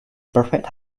perfect